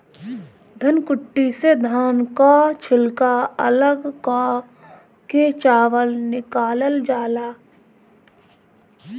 धनकुट्टी से धान कअ छिलका अलग कअ के चावल निकालल जाला